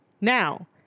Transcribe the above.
Now